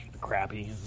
crappy